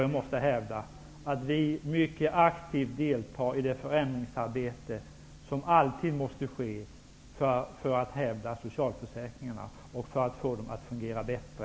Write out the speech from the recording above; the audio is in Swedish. Jag hävdar att vi mycket aktivt deltar i det förändringsarbete som alltid måste ske för att hävda socialförsäkringarna och för att få dem att fungera bättre.